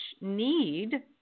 need